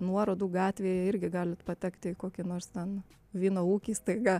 nuorodų gatvėje irgi galit patekti į kokį nors ten vyno ūkį staiga